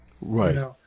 Right